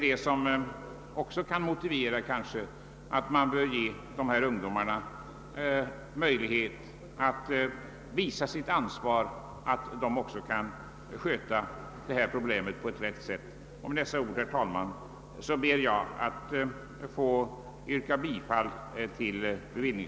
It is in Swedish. Detta motiverar kanske också att vi ger dessa ungdomar möjlighet att visa att även de kan ta sitt ansvar. Med dessa ord, herr talman, ber jag